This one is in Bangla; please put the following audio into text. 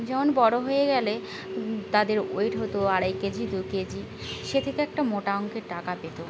যেমন বড়ো হয়ে গেলে তাদের ওয়েট হতো আড়াই কেজি দু কেজি সে থেকে একটা মোটা অঙ্কের টাকা পেতো